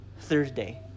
Thursday